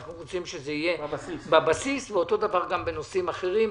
אנחנו רוצים שזה יהיה בבסיס ואותו דבר גם בנושאים אחרים,